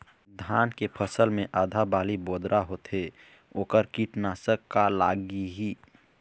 धान फसल मे आधा बाली बोदरा होथे वोकर कीटनाशक का लागिही?